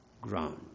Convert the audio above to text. ground